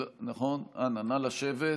אנא, נא לשבת